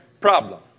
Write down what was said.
problem